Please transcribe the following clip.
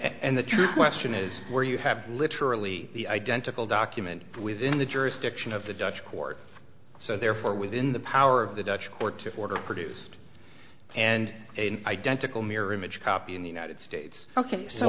question is where you have literally the identical document within the jurisdiction of the dutch court so therefore within the power of the dutch court to order produced and identical mirror image copy in the united